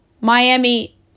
Miami